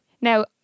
Now